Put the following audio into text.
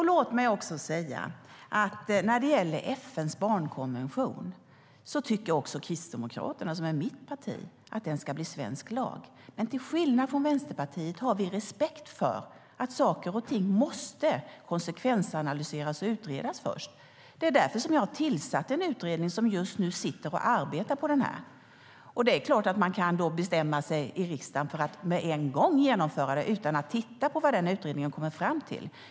Låt mig också säga att när det gäller FN:s barnkonvention tycker även Kristdemokraterna, som är mitt parti, att den ska bli svensk lag. Men till skillnad från Vänsterpartiet har vi respekt för att saker och ting måste konsekvensanalyseras och utredas först. Det är därför vi har tillsatt en utredning som just nu sitter och arbetar med detta. Det är klart att man i riksdagen kan bestämma sig för att genomföra detta med en gång utan att titta på vad utredningen kommer fram till.